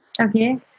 Okay